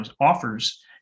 offers